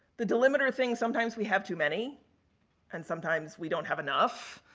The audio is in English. the delimiter thing, sometimes we have too many and sometimes we don't have enough.